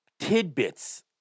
tidbits